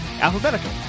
Alphabetical